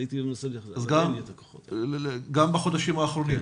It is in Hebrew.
גם בחודשים האחרונים.